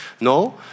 No